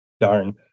darn